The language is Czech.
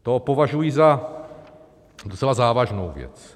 To považuji za docela závažnou věc.